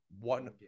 one